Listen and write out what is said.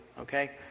Okay